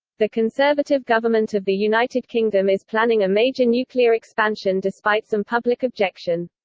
the conservative government of the united kingdom is planning a major nuclear expansion despite some public objection.